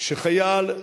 שחייל,